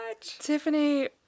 Tiffany